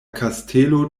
kastelo